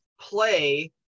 play